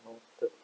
noted